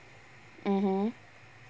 mmhmm